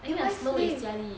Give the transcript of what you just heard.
I think the slow is jia li